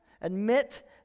admit